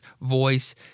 voice